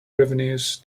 revenues